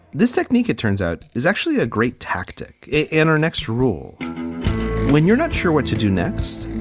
this technique, it turns out, is actually a great tactic in our next rule when you're not sure what to do next,